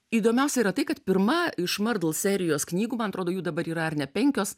įdomiausia yra tai kad pirma iš mardel serijos knygų man atrodo jų dabar yra ar ne penkios